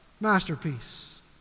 masterpiece